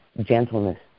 gentleness